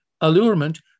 Allurement